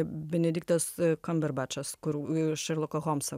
benediktas kamberbačas kur šerloką holmsą